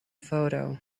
photo